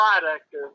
product